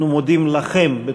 אנחנו מודים לכם,